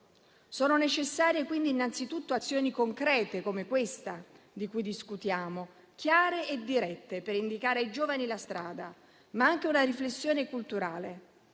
Sono necessarie, quindi, innanzitutto azioni concrete, come questa di cui discutiamo, chiare e dirette, per indicare ai giovani la strada. Ma serve anche una riflessione culturale.